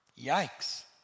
Yikes